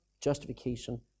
justification